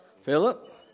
Philip